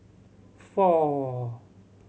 four